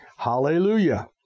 Hallelujah